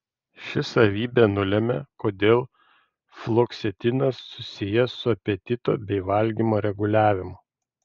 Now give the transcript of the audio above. ši savybė nulemia kodėl fluoksetinas susijęs su apetito bei valgymo reguliavimu